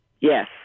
Yes